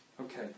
Okay